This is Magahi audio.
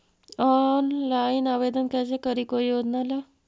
ऑनलाइन आवेदन कैसे करी कोई योजना ला?